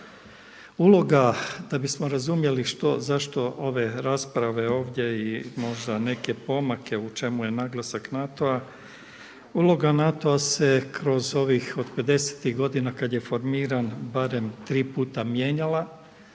Uloga, da bismo razumjeli zašto ove rasprave ovdje i možda neke pomake u čemu je naglasak NATO-a, uloga NATO-a se kroz ovih od '50.-tih godina kada je formiran barem tri puta mijenjala.